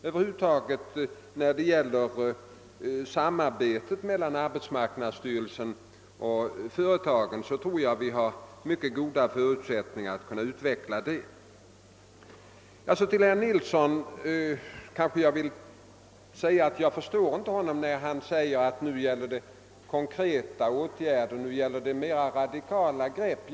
Över huvud taget tror jag att vi vad beträffar samarbetet mellan företagen och arbetsmarknadsstyrelsen har mycket goda förutsättningar att kunna utveckla det ytterligare. Till herr Nilsson i Tvärålund vill jag säga, att jag inte förstår honom, när han säger att nu gäller det konkreta åtgärder, nu gäller det mera radikala grepp.